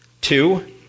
two